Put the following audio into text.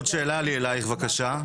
עוד שאלה לי אליך בבקשה,